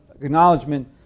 acknowledgement